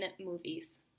movies